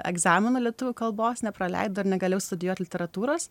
egzamino lietuvių kalbos nepraleido ir negalėjau studijuoti literatūros